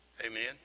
Amen